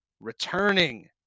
Returning